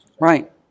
right